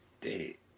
date